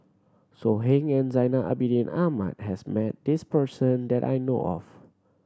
So Heng and Zainal Abidin Ahmad has met this person that I know of